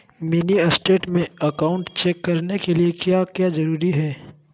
Mini statement में account check करने के लिए क्या क्या जरूरी है?